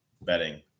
betting